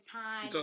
time